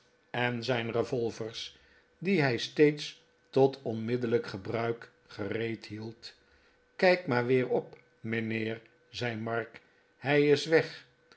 en zijn revolvers die hij steeds tot onmiddellijk gebruik gereed hield kijk maar weer op mijnheer zei mark hij is weg